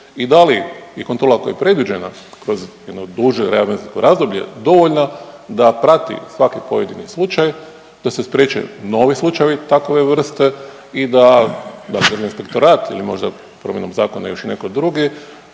i da li je kontrola koja je predviđena kroz duže razdoblje dovoljna da prati svaki pojedini slučaj da se spriječe novi slučajevi takve vrste i da da li Državni inspektorat ili promjenom zakona još i netko drugi